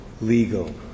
legal